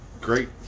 great